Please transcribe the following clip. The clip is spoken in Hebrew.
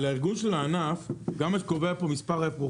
מה שקובע פה גם הוא מספר האפרוחים.